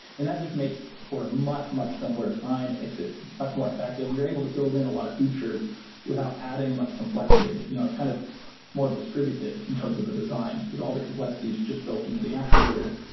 and that just makes for a much, much simpler design. it makes it much more effective and you're able to build in a lot of features without adding much complexity. you know it's kind of it's more distributed in terms of the design, because all the complexity is just built into the actuator,